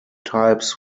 types